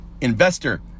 Investor